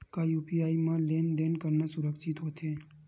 का यू.पी.आई म लेन देन करना सुरक्षित होथे?